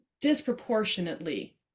disproportionately